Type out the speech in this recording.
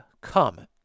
come